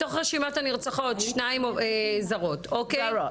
מתוך רשימת הנרצחות שתיים מהן הן תושבות זרות.